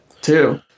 Two